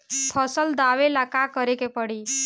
फसल दावेला का करे के परी?